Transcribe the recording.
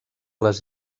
les